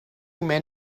men